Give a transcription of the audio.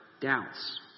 doubts